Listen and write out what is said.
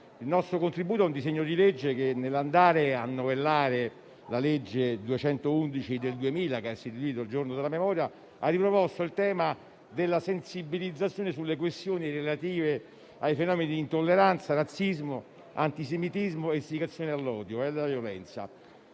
il nostro contributo. Il disegno di legge, nel novellare la legge n. 211 del 2000, che ha istituito il Giorno della Memoria, ha riproposto il tema della sensibilizzazione sulle questioni relative ai fenomeni di intolleranza, razzismo, antisemitismo e istigazione all'odio e alla violenza.